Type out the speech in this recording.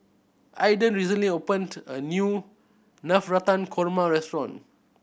Ayden recently opened a new Navratan Korma restaurant